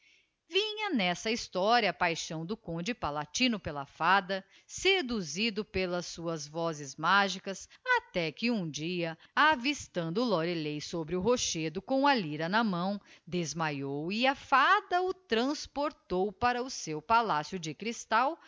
vinha n'essa historia a paixão do conde palatino pela fada seduzido pelas suas vozes magicas até que um dia avistando lorelei sobre o rochedo com a ivra na mão desmaiou e a fada o transportou para o seu palácio de crystal